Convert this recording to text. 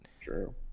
true